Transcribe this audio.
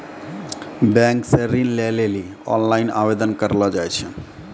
bank से ऋण लै लेली ओनलाइन आवेदन करलो जाय छै